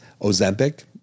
Ozempic